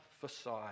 facade